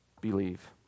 believe